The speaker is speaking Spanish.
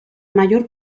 mayor